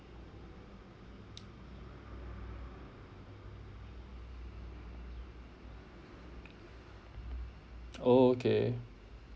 oh okay